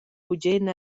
bugen